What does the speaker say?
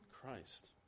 Christ